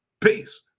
peace